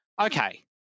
okay